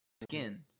skin